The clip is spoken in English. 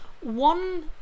one